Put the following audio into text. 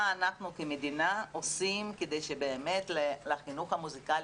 מה אנחנו כמדינה עושים כדי שבאמת לחינוך המוסיקלי